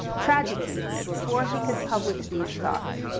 tragically, before he could publish these thoughts,